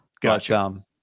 Gotcha